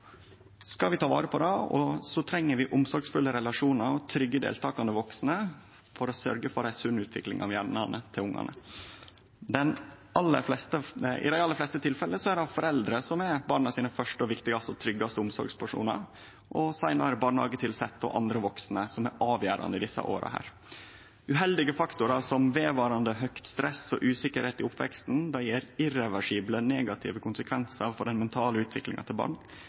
Skal vi ta vare på det, treng vi omsorgsfulle relasjonar og trygge deltakande vaksne for å sørgje for ei sunn utvikling av hjernen til ungane. I dei aller fleste tilfella er det foreldra som er dei fyrste og viktigaste og tryggaste omsorgspersonane til barna, og seinare er det barnehagetilsette og andre vaksne som er avgjerande i desse åra. Uheldige faktorar som vedvarande høgt stress og usikkerheit i oppveksten gjev irreversible negative konsekvensar for den mentale utviklinga til barn.